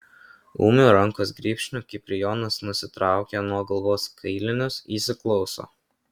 ūmiu rankos grybšniu kiprijonas nusitraukia nuo galvos kailinius įsiklauso